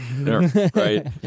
right